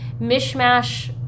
mishmash